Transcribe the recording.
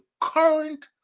current